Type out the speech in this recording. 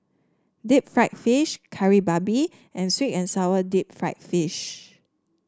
Deep Fried Fish Kari Babi and sweet and sour Deep Fried Fish